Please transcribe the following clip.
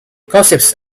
gossips